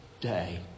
day